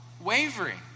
wavering